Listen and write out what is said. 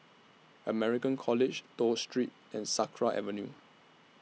American College Toh Street and Sakra Avenue